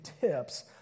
tips